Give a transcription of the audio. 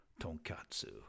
Tonkatsu